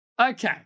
Okay